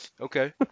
Okay